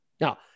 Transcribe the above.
Now